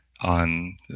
on